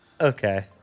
Okay